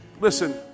Listen